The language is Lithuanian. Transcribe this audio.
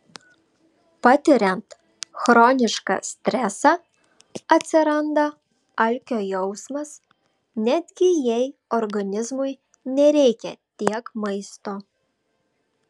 patiriant chronišką stresą atsiranda alkio jausmas netgi jei organizmui nereikia tiek maisto